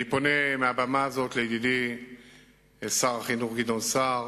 אני פונה מהבמה הזאת לידידי שר החינוך גדעון סער